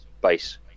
base